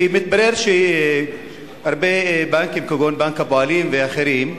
ומתברר שהרבה בנקים, כגון בנק הפועלים ואחרים,